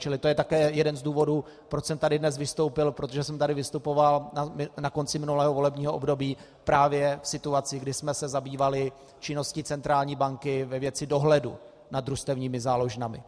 Čili to je také jeden z důvodů, proč jsem tady dnes vystoupil protože jsem tady vystupoval na konci minulého volebního období právě v situaci, kdy jsme se zabývali činností centrální banky ve věci dohledu nad družstevními záložnami.